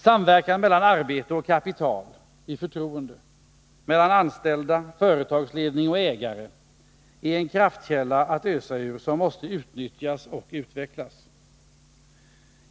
Samverkan mellan arbete och kapital i förtroende mellan anställda, företagsledning och ägare är en kraftkälla att ösa ur som måste utnyttjas och utvecklas.